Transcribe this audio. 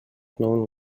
known